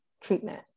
treatment